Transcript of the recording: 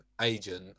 agent